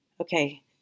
Okay